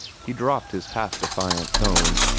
he dropped his half-defiant tone.